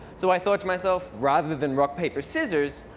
so i thought to myself, rather than rock paper scissors,